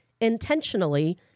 intentionally